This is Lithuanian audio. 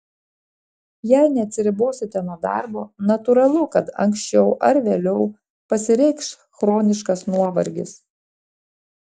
jei neatsiribosite nuo darbo natūralu kad anksčiau ar vėliau pasireikš chroniškas nuovargis